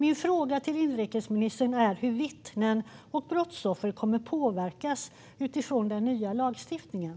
Min fråga till inrikesministern är hur vittnen och brottsoffer kommer att påverkas utifrån den nya lagstiftningen.